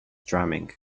drumming